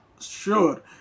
sure